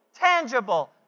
tangible